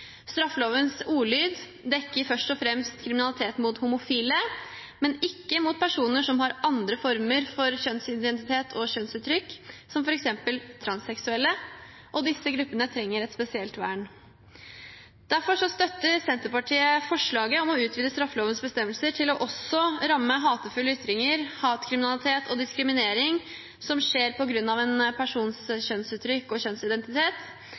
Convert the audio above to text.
Straffelovens ordlyd dekker først og fremst kriminalitet mot homofile, ikke mot personer som har andre former for kjønnsidentitet og kjønnsuttrykk, som f.eks. transseksuelle, og disse gruppene trenger et spesielt vern. Derfor støtter Senterpartiet forslaget om å utvide straffelovens bestemmelser til også å omfatte hatefulle ytringer, hatkriminalitet og diskriminering som skjer på grunn av en persons kjønnsuttrykk og kjønnsidentitet.